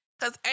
cause